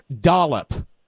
dollop